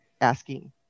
asking